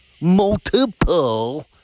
multiple